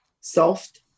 soft